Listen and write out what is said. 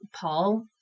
Paul